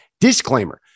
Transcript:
Disclaimer